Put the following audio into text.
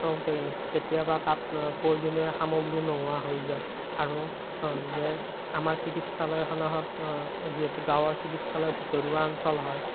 কেতিয়াবা তাত প্ৰয়োজনীয় সামগ্ৰী নোহোৱা হৈ যায় আৰু যে আমাৰ চিকিৎসালয়খনত যিহেতু গাঁৱৰ চিকিৎসালয় ভিতৰুৱা অঞ্চল হয়